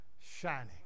shining